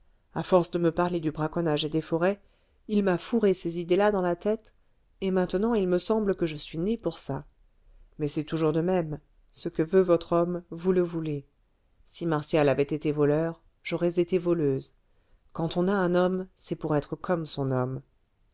à force de me parler du braconnage et des forêts il m'a fourré ces idées-là dans la tête et maintenant il me semble que je suis née pour ça mais c'est toujours de même ce que veut votre homme vous le voulez si martial avait été voleur j'aurais été voleuse quand on a un homme c'est pour être comme son homme